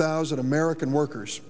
thousand american workers